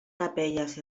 capelles